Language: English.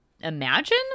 imagine